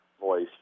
voice